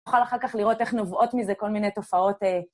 נוכל אחר כך לראות איך נובעות מזה כל מיני תופעות